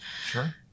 Sure